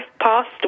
passed